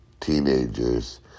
teenagers